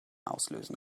auslösen